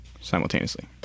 simultaneously